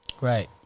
Right